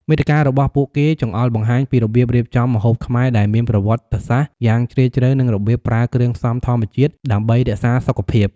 មាតិការបស់ពួកគេចង្អុលបង្ហាញពីរបៀបរៀបចំម្ហូបខ្មែរដែលមានប្រវត្តិសាស្ត្រយ៉ាងជ្រាលជ្រៅ និងរបៀបប្រើគ្រឿងផ្សំធម្មជាតិដើម្បីរក្សាសុខភាព។